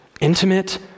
intimate